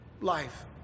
life